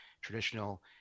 traditional